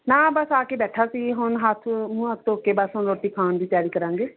ਨਾ ਬਸ ਆ ਕੇ ਬੈਠਾ ਸੀ ਹੁਣ ਹੱਥ ਮੂੰਹ ਹੱਥ ਧੋ ਕੇ ਬਸ ਹੁਣ ਰੋਟੀ ਖਾਣ ਦੀ ਤਿਆਰੀ ਕਰਾਂਗੇ